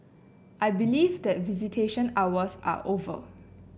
I believe that visitation hours are over